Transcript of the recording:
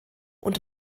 und